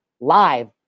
live